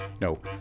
No